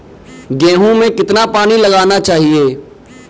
गेहूँ में कितना पानी लगाना चाहिए?